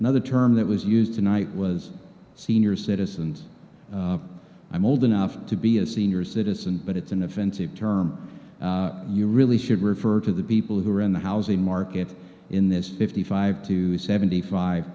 another term that was used tonight was senior citizens i'm old enough to be a senior citizen but it's an offensive term you really should refer to the people who are in the housing market in this fifty five to seventy five